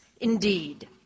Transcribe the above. Indeed